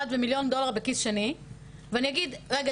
ומיליון דולר בכיס שני ואני אגיד 'רגע,